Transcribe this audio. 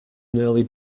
nearly